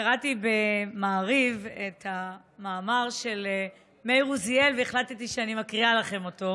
קראתי במעריב את המאמר של מאיר עוזיאל והחלטתי שאני מקריאה לכם אותו,